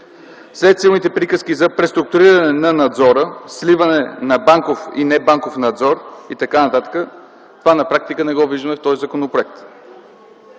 След силните приказки за преструктуриране на надзора, сливане на банков и небанков надзор и т.н., това на практика не го виждаме в този законопроект.